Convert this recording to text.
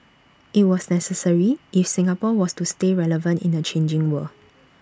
IT was necessary if Singapore was to stay relevant in the changing world